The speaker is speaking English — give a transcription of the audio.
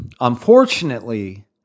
Unfortunately